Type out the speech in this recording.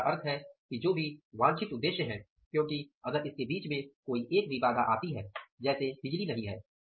तो इसका अर्थ है कि जो भी वांछित उद्देश्य है क्योंकि अगर इसके बीच में कोई एक भी बाधा आती है जैसे बिजली नहीं है